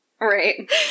Right